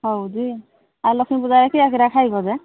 ହେଉଛି ଆଉ ଲକ୍ଷ୍ମୀ ପୂଜାରେ ଖାଇବ ଯେ